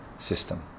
system